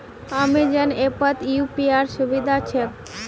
Amazon ऐपत यूपीआईर सुविधा ह छेक